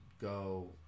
Go